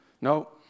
No